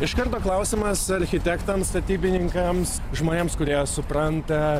iš karto klausimas architektams statybininkams žmonėms kurie supranta